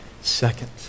second